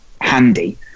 handy